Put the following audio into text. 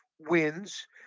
wins